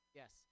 yes